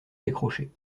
décrocher